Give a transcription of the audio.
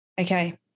Okay